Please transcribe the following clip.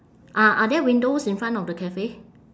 ah are there windows in front of the cafe